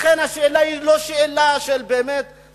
לכן השאלה היא לא שאלה של הפקידים,